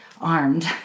armed